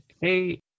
hey